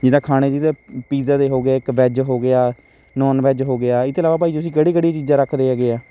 ਜਿਦਾ ਖਾਣੇ ਜਿਹਦਾ ਪੀਜ਼ਾ ਦੇ ਹੋ ਗਏ ਇੱਕ ਵੈਜ ਹੋ ਗਿਆ ਨੋਨ ਵੈਜ ਹੋ ਗਿਆ ਇਹ ਤੋਂ ਇਲਾਵਾ ਭਾਅ ਜੀ ਤੁਸੀਂ ਕਿਹੜੀਆਂ ਕਿਹੜੀਆਂ ਚੀਜ਼ਾਂ ਰੱਖਦੇ ਹੈਗੇ ਆ